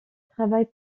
travaille